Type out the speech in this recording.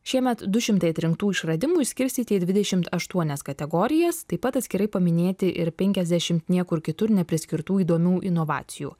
šiemet du šimtai atrinktų išradimų išskirstyti į dvidešimt aštuonias kategorijas taip pat atskirai paminėti ir penkiasdešimt niekur kitur nepriskirtų įdomių inovacijų